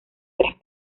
tres